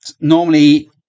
normally